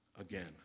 again